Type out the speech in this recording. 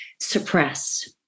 suppress